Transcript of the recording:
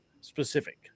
specific